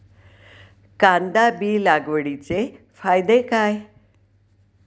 कांदा बी लागवडीचे फायदे काय?